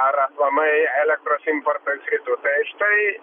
ar aplamai elektros importas kai tuta į štai